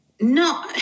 No